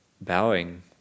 Bowing